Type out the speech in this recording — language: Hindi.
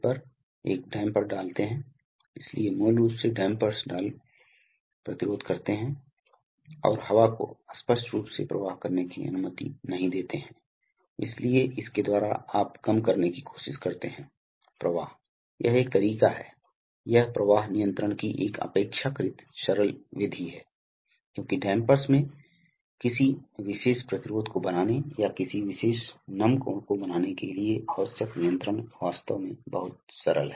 तो हवा बाहर निकलेगी इसलिए हवा बाहर बहती है उस समय के दौरान इस पथ के माध्यम से और यह है इसलिए यह हो रहा है इसलिए हर स्ट्रोक यह है यह हवा से दी गई मात्रा को कम दबाव वायुमंडलीय पक्ष से सक कर रहा है और यह हवा को उच्च दबाव आउटलेट में वापस धकेल रहा है